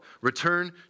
return